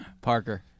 Parker